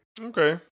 Okay